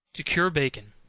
to cure bacon.